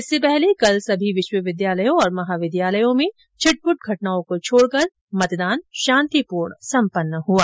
इससे पहले कल सभी विश्वविद्यालयों और महाविद्यालयों में छिटपुट घटनाओं को छोड़कर मतदान शांतिपूर्ण सम्पन्न हुआ